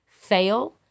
fail